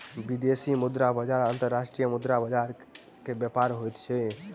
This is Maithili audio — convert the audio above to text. विदेशी मुद्रा बजार अंतर्राष्ट्रीय मुद्रा के व्यापार होइत अछि